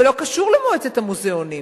זה לא קשור למועצת המוזיאונים,